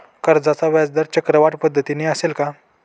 कर्जाचा व्याजदर चक्रवाढ पद्धतीने असेल का?